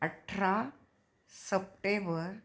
अठरा सप्टेबर